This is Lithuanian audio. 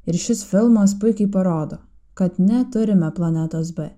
ir šis filmas puikiai parodo kad neturime planetos b